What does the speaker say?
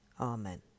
Amen